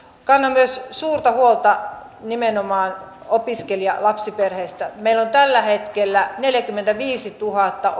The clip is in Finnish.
kannan myös suurta huolta nimenomaan opiskelijalapsiperheistä meillä on tällä hetkellä neljäkymmentäviisituhatta